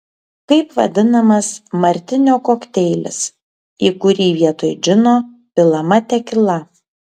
kaip vadinamas martinio kokteilis į kurį vietoj džino pilama tekila